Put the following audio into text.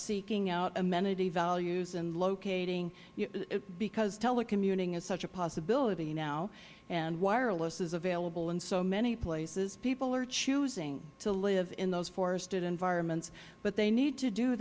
seeking out amenity values and locating because telecommuting is such a possibility now and wireless is available in so many places people are choosing to live in those forested environments but they need to do